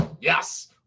yes